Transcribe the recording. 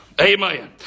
Amen